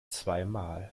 zweimal